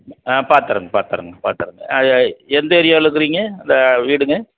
ஆ பார்த்துத்தரங்க பார்த்துத்தரங்க பார்த்துத்தரங்க எந்த ஏரியாவில் இருக்கறீங்க அந்த வீடுங்க